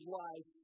life